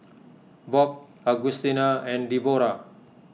Bob Augustina and Debora